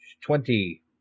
Twenty